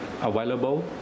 available